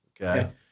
okay